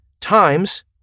times